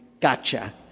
gotcha